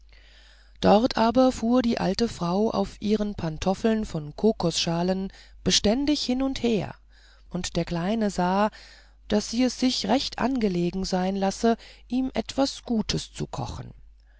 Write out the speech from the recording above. dort aber fuhr die alte frau auf ihren pantoffeln von kokosschalen beständig hin und her und der kleine sah daß sie es sich recht angelegen sein lasse ihm etwas gutes zu kochen